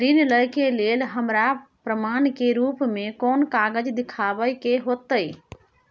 ऋण लय के लेल हमरा प्रमाण के रूप में कोन कागज़ दिखाबै के होतय?